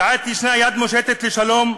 כעת יש יד מושטת לשלום,